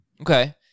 Okay